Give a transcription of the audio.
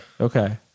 Okay